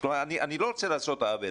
אני לא רוצה לעשות עוול,